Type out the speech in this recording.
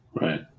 Right